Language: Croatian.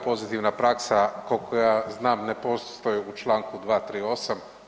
Pozitivna praksa koliko ja znam ne postoji u članku 238.